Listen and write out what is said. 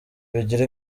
bigira